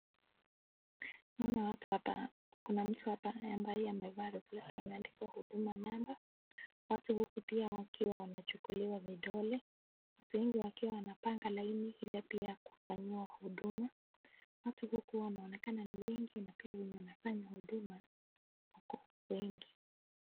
Naona watu hapa, kuna mtu ambaye amevaa reflector imeandikwa huduma namba, watu huku pia wakiwa wanachukuliwa vidole, watu wengi wakiwa wanapanga laini ili pia kufanyiwa huduma, watu huku wanaonekana ni wengi na pia wenye wanafanya huduma wako wengi.